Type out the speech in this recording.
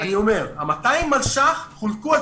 אני אומר שה-200 מיליון שקלים חולקו על